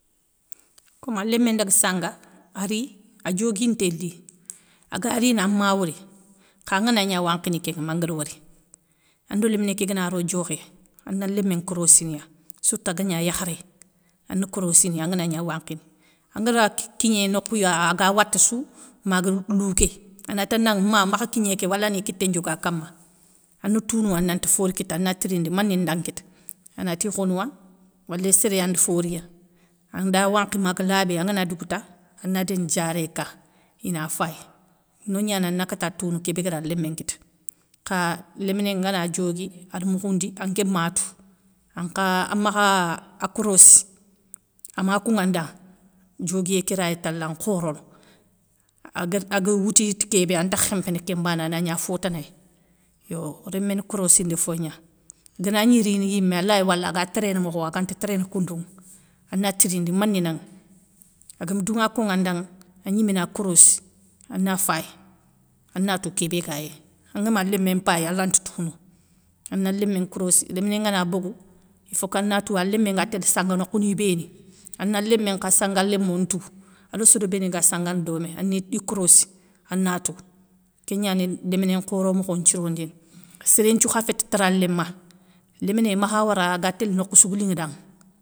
Komi a lémé ndaga sanga a ri, a dioguinté li, agarini amma wori kha anganagna wankhini kénŋa ma angari wori. Ando léminé ké gana ro diokhé, ana lémé nkorossini ya, sourta gagna yakharé, ane korossini ya anganagna wankhini angara kigné nokhou ya aga wata sou, maga louké anatanda ma makha kigné ké walani kité ndioga kama, ana touna nanti fora kita ana tirindi mané nda kitaanati khonouwa, wali séréyandi fo riya, anda wankhi maga labé. angana dougouta ana déni diaré ka ina fayi nognani ana kata tounou kébéguéra lémé nkita. Kha léminé ngana diogui ada moukhoundi anké ma tou, ankha amakha a korossi, ama konŋanda, dioguiyé ké ray tala nkhorono. Anguér aga wouti ti kébé antakh khémpéné kén mbané ana gna fotanay yo réméni korossindi fogna. Gana gnirini yimé alay wala aga téréné mokho aganti téréné koundounŋa ana tirindi, manénaŋa, agam dounŋa konŋa ndaŋa, a gniména korossi, ana fayi, ana tou kébé gayéy. angama lémé mpayi alanti tounou. Ana lémé nkorossi, léminé ngana bogou il fokana touwa alémé nga télé sangue nokhouni béni, ana lémé nkha sangua lémou ntou ado sorobéniga sangana domé ani i korossi ana tou kégnani léminé nkhoro mokho nthirondini, sérén nthiou kha féti tara léma, léminé makha wara agatél nokhoussou ga linŋa danŋa.